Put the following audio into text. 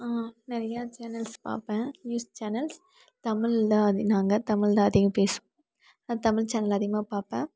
நிறையா சேனல்ஸ் பார்ப்பன் news channels Tamil தான் அது நாங்கள் தமிழ் தான் அதிகம் பேசுவோம் நான் தமிழ் சேனல் அதிகமாக பார்ப்பன்